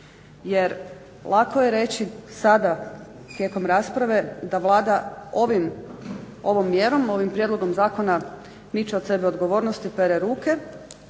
Jer lako je reći sada tijekom rasprave da Vlada ovom mjerom ovim prijedlogom zakona miče od sebe odgovornost i pere ruke,